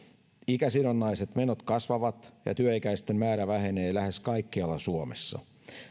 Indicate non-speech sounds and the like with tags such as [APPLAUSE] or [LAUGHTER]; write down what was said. ikäsidonnaiset menot kasvavat ja työikäisten määrä vähenee lähes kaikkialla suomessa [UNINTELLIGIBLE]